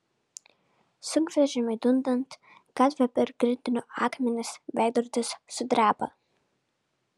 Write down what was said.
sunkvežimiui dundant gatve per grindinio akmenis veidrodis sudreba